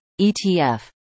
ETF